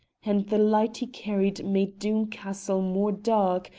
and the light he carried made doom castle more dark,